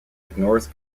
ignores